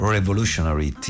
Revolutionary